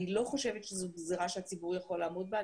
אני לא חושבת שזו גזירה שהציבור יכול לעמוד בה.